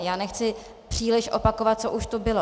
Já nechci příliš opakovat, co už tu bylo.